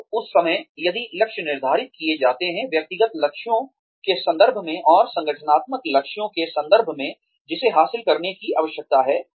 तो उस समय यदि लक्ष्य निर्धारित किए जाते हैं व्यक्तिगत लक्ष्यों के संदर्भ में और संगठनात्मक लक्ष्यों के संदर्भ में जिसे हासिल करने की आवश्यकता है